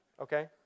Okay